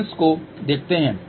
अब हम अंश को देखते हैं